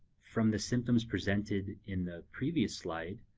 from the symptoms presented in the previous slide,